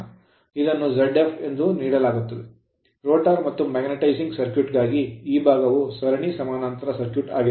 ಇದನ್ನು Zfಎಂದು ನೀಡಲಾಗುತ್ತದೆ rotor ರೋಟರ್ ಮತ್ತು magnetising ಮ್ಯಾಗ್ನೆಟೈಸಿಂಗ್ ಸರ್ಕ್ಯೂಟ್ ಗಾಗಿ ಈ ಭಾಗವು ಸರಣಿ ಸಮಾನಾಂತರ ಸರ್ಕ್ಯೂಟ್ ಆಗಿದೆ